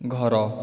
ଘର